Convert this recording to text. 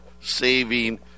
saving